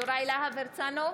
יוראי להב הרצנו,